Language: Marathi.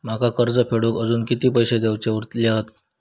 माका कर्ज फेडूक आजुन किती पैशे देऊचे उरले हत?